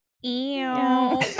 Ew